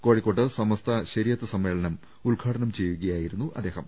കോഴിക്കോട്ട് സമസ്ത ശരീ അത്ത് സമ്മേളനം ഉദ്ഘാടനം ചെയ്യുകയായിരുന്നു അദ്ദേഹം